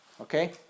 Okay